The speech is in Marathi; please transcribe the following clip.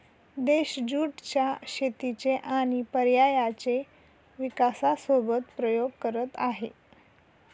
देश ज्युट च्या शेतीचे आणि पर्यायांचे विकासासोबत प्रयोग करत आहे